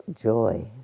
joy